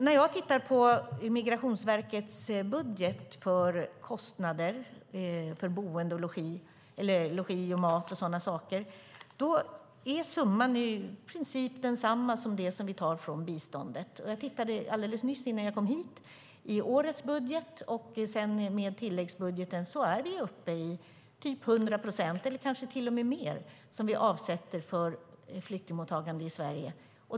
När jag tittar på Migrationsverkets budget för kostnader för boende, mat och sådana saker är summan i princip densamma som den vi tar från biståndet. Jag tittade alldeles nyss i årets budget, innan jag kom hit. Med tilläggsbudgeten är vi uppe i ca 100 procent eller kanske till och med mer som vi avsätter för flyktingmottagande i Sverige.